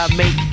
make